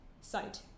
site